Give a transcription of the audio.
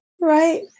Right